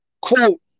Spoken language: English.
quote